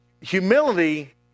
humility